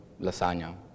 lasagna